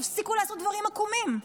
תפסיקו לעשות דברים עקומים.